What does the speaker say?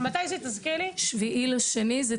ב-7 בפברואר.